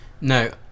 No